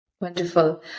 Wonderful